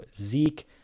Zeke